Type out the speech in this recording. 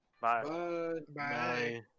bye-bye